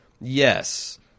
Yes